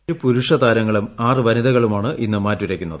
ഏഴ് പുരുഷ താരങ്ങളും ആറ് വനിതുകളുമാണ് ഇന്ന് മാറ്റുരയ്ക്കുന്നത്